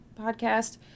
podcast